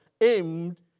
aimed